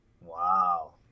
Wow